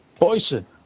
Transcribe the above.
poison